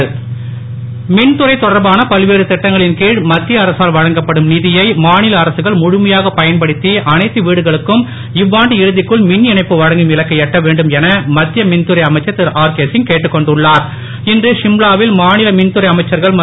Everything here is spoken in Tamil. மின் இணைப்பு மின்துறை தொடர்பான பல்வேறு திட்டங்களின் கீழ் மத்திய அரசால் வழங்கப்படும் நிதியை மா நில அரசுகள் முழுமையாக பயன்படுத்தி அனைத்து வீடுகளுக்கும் இவ்வாண்டு இறுதிக்குள் மின் இணைப்பு வழங்கும் இலக்கை எட்ட வேண்டும் என மத்திய மின்துறை அமைச்சர் திரு ஆர் கே சிங் கேட்டுக் இன்று ஷிம்லாவில் மாநில மின்துறை அமைச்சர்கள் கொண்டுள்ளார்